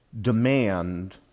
demand